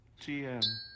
GM